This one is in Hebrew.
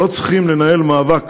לא צריך לנהל מאבק